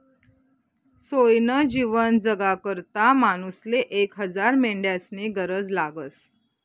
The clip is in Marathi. सोयनं जीवन जगाकरता मानूसले एक हजार मेंढ्यास्नी गरज लागस